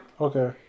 Okay